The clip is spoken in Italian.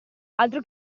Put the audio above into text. altro